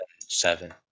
seven